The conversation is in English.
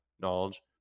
knowledge